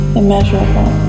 immeasurable